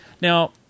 Now